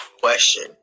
question